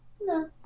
No